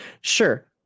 sure